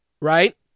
right